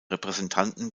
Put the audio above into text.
repräsentanten